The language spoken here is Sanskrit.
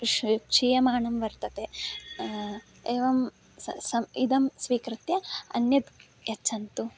श् क्षीयमाणं वर्तते एवं स सम् इदं स्वीकृत्य अन्यद् यच्छन्तु